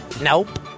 Nope